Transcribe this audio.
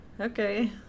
Okay